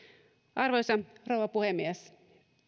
arvoisa rouva puhemies